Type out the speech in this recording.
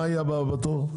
מה יהיה הבא בתור?